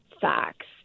facts